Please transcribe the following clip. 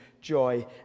joy